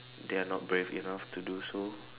they are not brave enough to do so